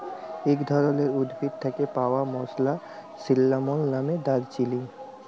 ইক ধরলের উদ্ভিদ থ্যাকে পাউয়া মসলা সিল্লামল মালে দারচিলি